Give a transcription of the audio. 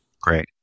Great